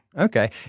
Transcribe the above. Okay